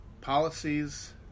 policies